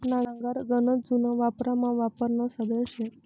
नांगर गनच जुनं वावरमा वापरानं साधन शे